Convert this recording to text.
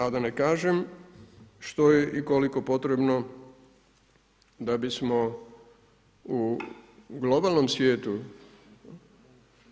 A da ne kažem, što je i koliko potrebno da bismo u globalnom svijetu,